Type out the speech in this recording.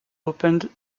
opened